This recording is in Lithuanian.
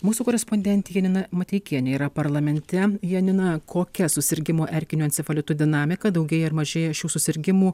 mūsų korespondentė janina mateikienė yra parlamente janina kokia susirgimų erkiniu encefalitu dinamika daugėja ar mažėja šių susirgimų